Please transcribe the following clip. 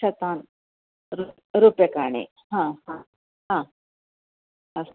शतानि रु रूप्यकाणि हा हा हा अस्तु